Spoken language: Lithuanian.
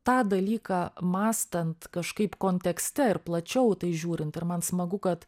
tą dalyką mąstant kažkaip kontekste ir plačiau į tai žiūrint ir man smagu kad